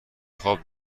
خواب